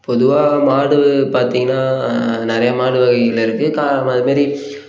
பொதுவாக மாடு பார்த்திங்கன்னா நிறையா மாடு வகைகள் இருக்குது கா அது மாரி